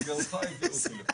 בגללך הביאו אותי לפה.